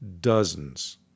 dozens